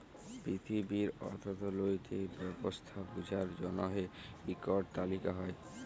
পিথিবীর অথ্থলৈতিক ব্যবস্থা বুঝার জ্যনহে ইকট তালিকা হ্যয়